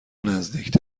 نزدیک